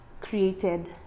created